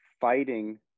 fighting